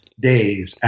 days